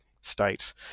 state